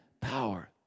power